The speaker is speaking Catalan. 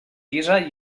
llisa